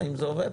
אם זה עובד,